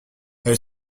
elle